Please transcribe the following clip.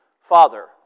Father